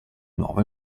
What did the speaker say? nuovo